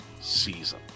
season